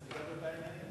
סידרתם את העניינים?